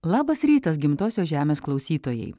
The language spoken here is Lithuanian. labas rytas gimtosios žemės klausytojai